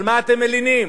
על מה אתם מלינים?